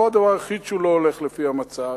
זה לא הדבר היחיד שהוא לא הולך בו לפי המצע,